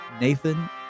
Nathan